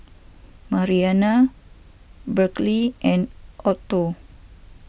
Marianna Berkley and Otho